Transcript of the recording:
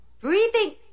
breathing